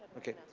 ok.